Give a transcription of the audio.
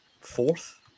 fourth